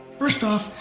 first off,